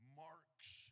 marks